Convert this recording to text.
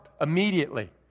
immediately